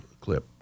clip